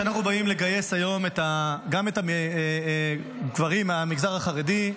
כשאנחנו באים לגייס היום גם את הגברים מהמגזר החרדי,